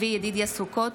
צבי ידידיה סוכות,